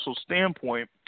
standpoint